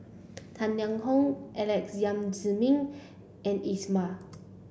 Tang Liang Hong Alex Yam Ziming and Iqbal